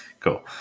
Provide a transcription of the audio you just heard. Cool